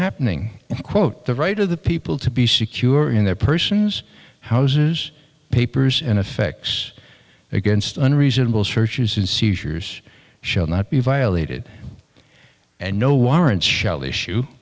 happening and quote the right of the people to be secure in their persons houses papers and effects against unreasonable searches and seizures shall not be violated and no warrants shall issue